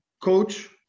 coach